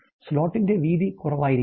സ്ലോട്ടിന്റെ വീതി കുറവായിരിക്കും